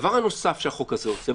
הדבר הנוסף שהחוק הזה עושה,